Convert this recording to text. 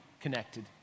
connected